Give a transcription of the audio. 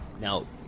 Now